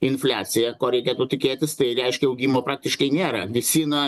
infliaciją ko reikėtų tikėtis tai reiškia augimo praktiškai nėra nes ji na